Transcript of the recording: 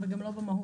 אבל גם לא במהות.